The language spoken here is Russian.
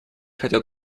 хотят